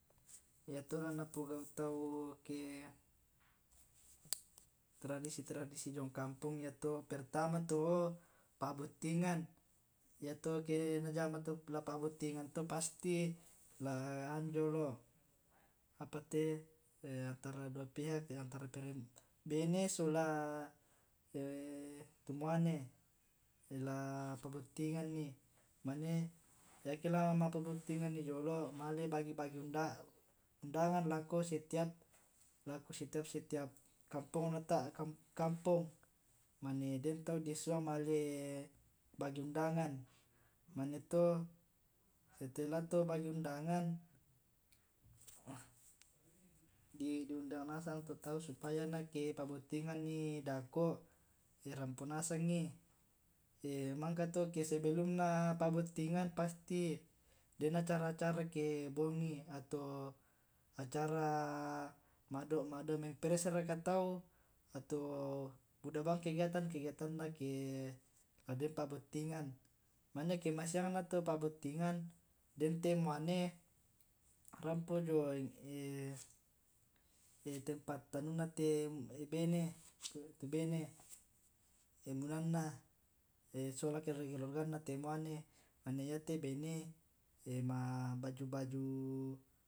Ya to na pugau tau ke tradisi tradisi jiong kampong yato pertama to pa'bottingan yato ke najama la pa'bottingan to pasti la anjo apate antra dua pihak antara perempuan bene sola to muane la ma pa'bottinganni mane yake la ma' pabottinganni jolo' male bage bage undangan lako setiap setiap kampongna ta kampong mane den tau disua bage undangan mane to, setelah bage undangan, diundang nasang to tau supaya na ke pa bottinganni dako' rampo nasangngi mangka to sebelum na pa bottingan pasti den acara acara ke bongi ato acara ma' domeng press raka tau ato buda bang kegiatan kegiatanna ke la den pabottingan mane ke masinagna to pabottingan den te muane rampo jio tempat anunna te bene pelaminanna solate keluarga keluarganna te muane mane yate bene ma' baju baju